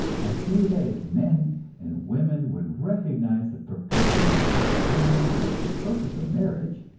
i say that if men and women would recognize the perpetuation of the honeymoon as the purpose of marriage,